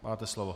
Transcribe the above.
Máte slovo.